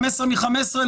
15 מ-15,